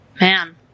man